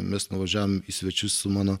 mes nuvažiavom į svečius su mano